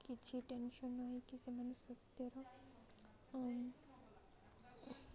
କିଛି ଟେନସନ୍ ନହଇକି ସେମାନେ ସ୍ୱାସ୍ଥ୍ୟର ଆଉ